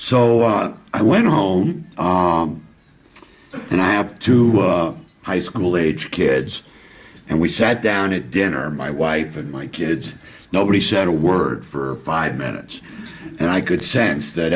so i went home on and i have two high school age kids and we sat down at dinner my wife and my kids nobody said a word for five minutes and i could